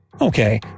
Okay